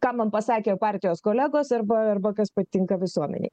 ką man pasakė partijos kolegos arba arba kas patinka visuomenei